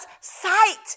sight